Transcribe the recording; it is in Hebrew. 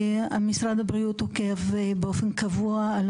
משרד הבריאות עוקב באופן קבוע על